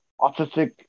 autistic